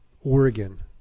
Oregon